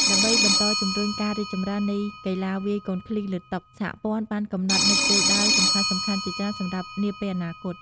ដើម្បីបន្តជំរុញការរីកចម្រើននៃកីឡាវាយកូនឃ្លីលើតុ សហព័ន្ធបានកំណត់នូវគោលដៅសំខាន់ៗជាច្រើនសម្រាប់នាពេលអនាគត។